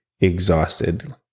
exhausted